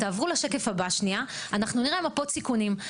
אנחנו נראה מפות סיכונים.